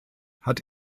hat